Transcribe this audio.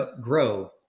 Grove